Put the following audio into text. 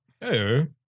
Hey